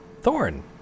Thorn